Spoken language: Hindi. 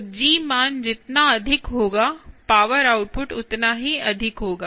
तो G मान जितना अधिक होगा पावर आउटपुट उतना ही अधिक होगा